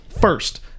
First